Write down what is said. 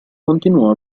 continuò